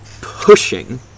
pushing